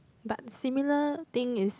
but similar thing is